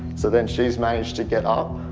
so then she's managed to get up,